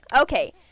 Okay